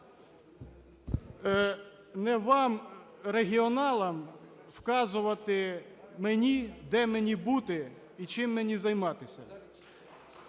Не вам, "регіоналам", вказувати мені, де мені бути і чим мені займатися.